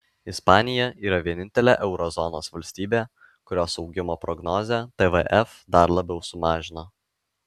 ispanija yra vienintelė euro zonos valstybė kurios augimo prognozę tvf dar labiau sumažino